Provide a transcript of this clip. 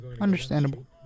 Understandable